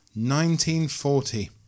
1940